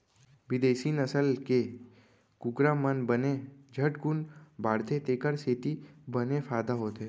बिदेसी नसल के कुकरा मन बने झटकुन बाढ़थें तेकर सेती बने फायदा होथे